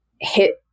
hit